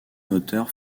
moteur